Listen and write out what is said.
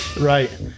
right